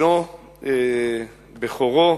בנו בכורו,